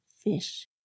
fish